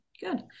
Good